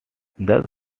thus